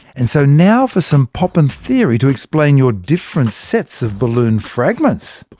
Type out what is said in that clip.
and so now for some popping theory to explain your different sets of balloon fragments.